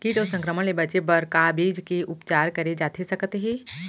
किट अऊ संक्रमण ले बचे बर का बीज के उपचार करे जाथे सकत हे?